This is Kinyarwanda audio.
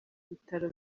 bitaro